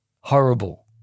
Horrible